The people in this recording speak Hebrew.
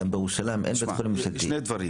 שני דברים.